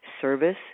service